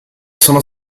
sono